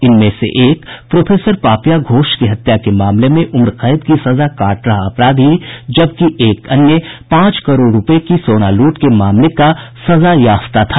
इनमें से एक प्रोफेसर पापिया घोष की हत्या के मामले में उम्र कैद की सजा काट रहा अपराधी जबकि एक अन्य पांच करोड़ रूपये की सोना लूट के मामले का सजायाफ्ता था